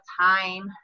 time